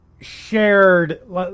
Shared